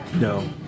No